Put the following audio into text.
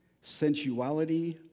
sensuality